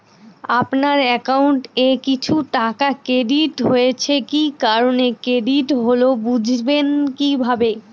আপনার অ্যাকাউন্ট এ কিছু টাকা ক্রেডিট হয়েছে কি কারণে ক্রেডিট হল বুঝবেন কিভাবে?